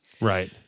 Right